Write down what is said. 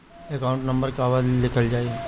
Account number कहवा लिखल जाइ?